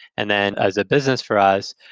and then as a business for us,